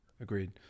Agreed